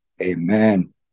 Amen